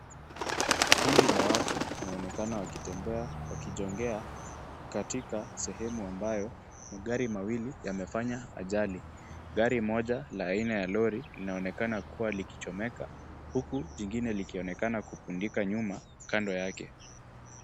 Kundi la watu wanaonekana wakitembea wakijongea katika sehemu ambayo magari mawili yamefanya ajali. Gari moja la aina ya Lori linaonekana kuwa likichomeka, huku jingine likionekana kupinduka nyuma kando yake.